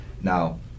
Now